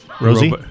Rosie